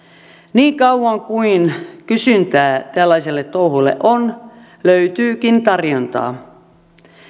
niin kauan kuin kysyntää tällaiselle touhulle on löytyykin tarjontaa